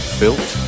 built